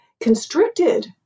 constricted